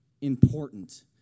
important